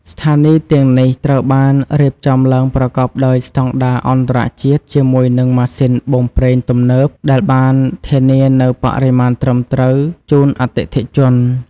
ស្ថានីយ៍ទាំងនេះត្រូវបានរៀបចំឡើងប្រកបដោយស្តង់ដារអន្តរជាតិជាមួយនឹងម៉ាស៊ីនបូមប្រេងទំនើបដែលបានធានានូវបរិមាណត្រឹមត្រូវជូនអតិថិជន។